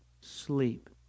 sleep